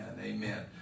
Amen